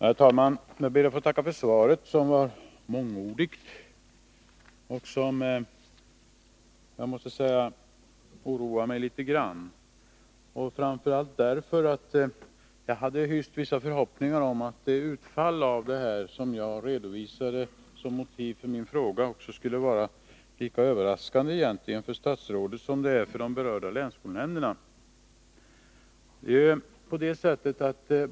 Herr talman! Jag ber att få tacka för svaret, som var mångordigt och som jag måste säga oroar mig något, framför allt därför att jag hade hyst vissa förhoppningar om att det utfall av förändringarna som jag redovisade som motiv för min fråga skulle vara lika överraskande för statsrådet som det är för de berörda länsskolnämnderna.